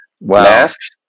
Masks